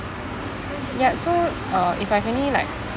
ya so uh if I have any like